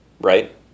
right